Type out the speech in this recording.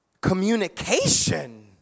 Communication